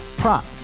Prop